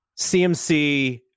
cmc